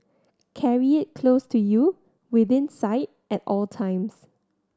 carry it close to you within sight at all times